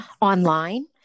online